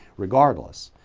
regardless,